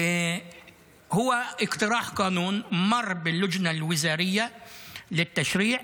זו הצעת חוק שעברה בוועדת השרים לחקיקה.